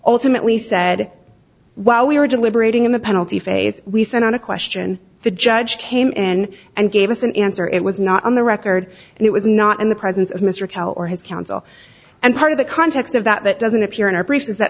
ultimately said while we were deliberating in the penalty phase we sent out a question the judge came in and gave us an answer it was not on the record and it was not in the presence of mr khalil or his counsel and part of the context of that that doesn't appear in our briefs is that